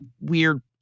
weird